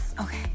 Okay